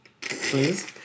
Please